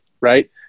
Right